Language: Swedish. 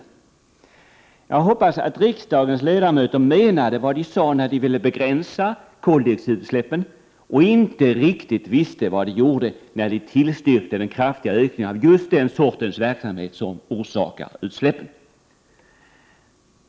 Jag hoppas att riksdagens ledamöter menade vad de sade när de ville begränsa koldioxidutsläppen men inte riktigt visste vad de gjorde när de tillstyrkte den kraftiga ökningen av just den sortens verksamhet som orsakar utsläppen.